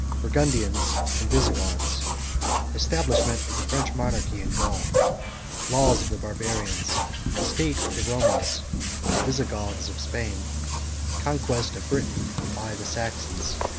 burgundians, and visigoths establishment of the french monarchy in gaul laws of the barbarians state of the romans the visigoths of spain conquest of britain by the saxons.